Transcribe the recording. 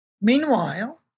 Meanwhile